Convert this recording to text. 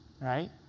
right